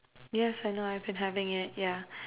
yes I know I've been having it yeah